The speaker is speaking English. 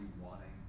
wanting